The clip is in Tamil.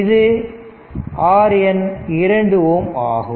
இங்கே RN 2 Ω ஆகும்